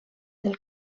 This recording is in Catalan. del